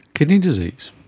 kidney disease?